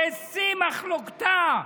בשיא מחלוקתה,